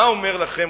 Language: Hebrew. מה אומר לכם,